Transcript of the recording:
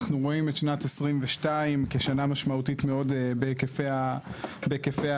אנחנו רואים את שנת 2022 כשנה משמעותית מאוד בהיקפי העלייה.